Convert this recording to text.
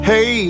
Hey